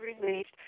released